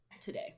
today